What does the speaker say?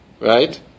Right